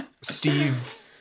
Steve